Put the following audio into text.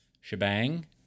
shebang